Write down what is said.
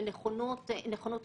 ומשמעותי